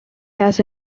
has